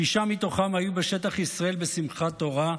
שישה מתוכם היו בשטח ישראל בשמחת תורה.